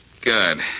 Good